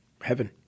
Heaven